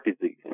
disease